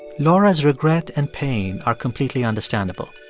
laura's regret and pain are completely understandable.